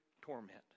torment